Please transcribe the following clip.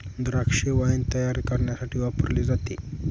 द्राक्षे वाईन तायार करण्यासाठी वापरली जातात